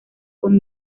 con